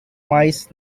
mice